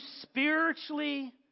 spiritually